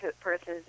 persons